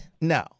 no